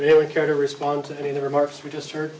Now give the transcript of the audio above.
really care to respond to any of the remarks we just h